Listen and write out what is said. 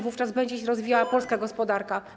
Wówczas będzie się rozwijała polska gospodarka.